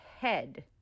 head